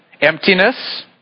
Emptiness